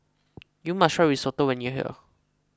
you must try Risotto when you are here